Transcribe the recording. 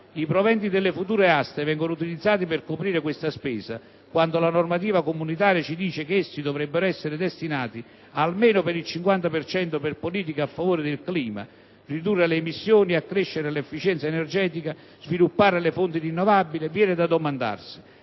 i proventi delle future aste vengono utilizzati per coprire tale spesa, quando la normativa comunitaria ci dice che essi dovrebbero essere destinati almeno per il 50 per cento per politiche a favore del clima, ridurre le emissioni, accrescere l'efficienza energetica, sviluppare le fonti rinnovabili, viene da domandarsi